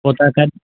पोइ तव्हां कॾ